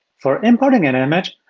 for importing an image,